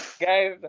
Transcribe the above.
Guys